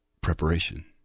Preparation